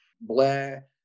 Blair